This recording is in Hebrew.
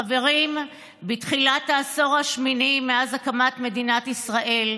חברים, בתחילת העשור השמיני מאז הקמת מדינת ישראל,